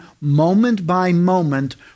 moment-by-moment